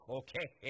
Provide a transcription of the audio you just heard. okay